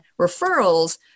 referrals